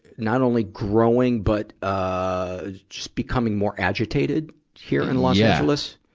not only growing, but, ah, just becoming more agitated here in los angeles?